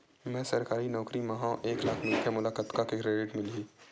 मैं सरकारी नौकरी मा हाव एक लाख मिलथे मोला कतका के क्रेडिट मिलही?